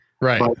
Right